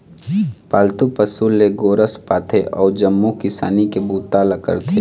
पालतू पशु ले गोरस पाथे अउ जम्मो किसानी के बूता ल करथे